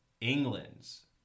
England's